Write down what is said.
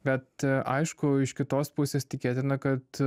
bet aišku iš kitos pusės tikėtina kad